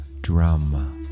Drum